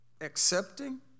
accepting